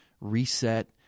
reset